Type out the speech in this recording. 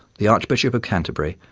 the archbishop of canterbury,